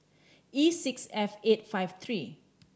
E six F eight five three